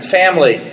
family